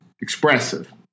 expressive